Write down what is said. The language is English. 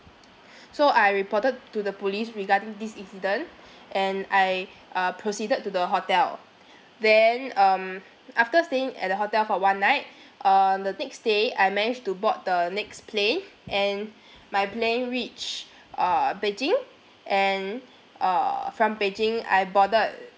so I reported to the police regarding this incident and I uh proceeded to the hotel then um after staying at the hotel for one night uh the next day I managed to board the next plane and my plane reached uh beijing and uh from beijing I boarded